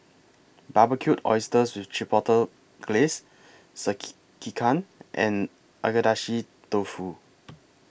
Barbecued Oysters with Chipotle Glaze Sekihan and Agedashi Dofu